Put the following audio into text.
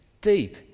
deep